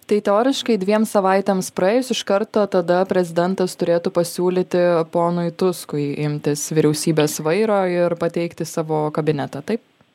tai teoriškai dviems savaitėms praėjus iš karto tada prezidentas turėtų pasiūlyti ponui tuskui imtis vyriausybės vairo ir pateikti savo kabinetą taip